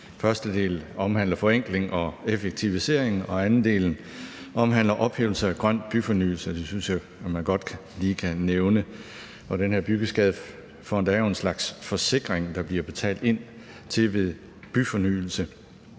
første del omhandler forenkling og effektivisering, og den anden del omhandler ophævelse af ordningen om grøn byfornyelse. Og der synes jeg godt lige man kan nævne, når nu den her Byggeskadefond er en slags forsikring, der bliver betalt ind til ved byfornyelse,